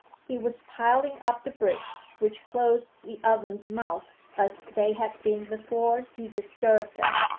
he was piling up the bricks which closed the oven's mouth as they had been before he disturbed them.